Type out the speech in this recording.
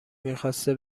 میخواسته